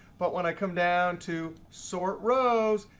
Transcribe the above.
but when i come down to sort rows,